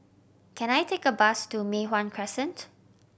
can I take a bus to Mei Hwan Crescent